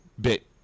bit